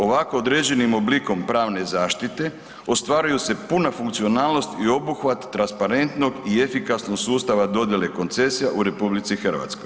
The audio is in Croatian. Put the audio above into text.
Ovako određenim oblikom pravne zaštite, ostvaruju se puna funkcionalnost i obuhvat transparentnog i efikasnog sustava dodijele koncesija u RH.